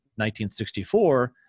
1964